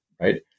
right